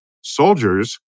soldiers